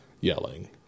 yelling